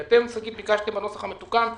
כי ביקשתם בנוסח המתוקן להוסיף: